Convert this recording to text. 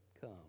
come